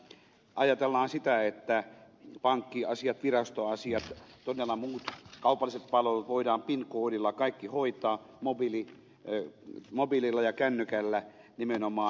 ajatellaan sitä että pankkiasiat virastoasiat ja muut kaupalliset palvelut todella voidaan pin koodilla kaikki hoitaa mobiililla ja kännykällä nimenomaan